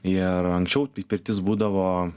ir anksčiau tai pirtis būdavo